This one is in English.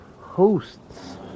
hosts